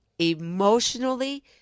emotionally